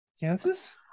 Kansas